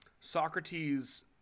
Socrates